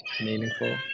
meaningful